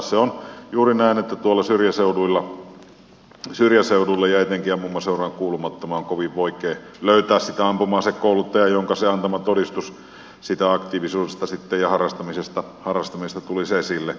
se on juuri näin että tuolla syrjäseuduilla ja etenkin ampumaseuraan kuulumattoman on kovin vaikea löytää sitä ampuma asekouluttajaa jonka antama todistus siitä aktiivisuudesta ja harrastamisesta tulisi esille